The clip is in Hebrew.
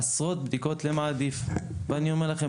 עשרות בדיקות למה עדיף ואני אומר לכם